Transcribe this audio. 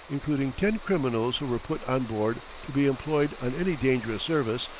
including ten criminals who were put on board to be employed on any dangerous service,